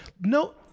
No